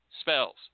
spells